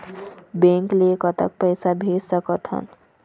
Bank ले कतक पैसा भेज सकथन?